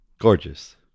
Gorgeous